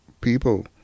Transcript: people